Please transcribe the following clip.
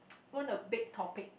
one a big topic